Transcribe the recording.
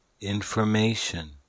information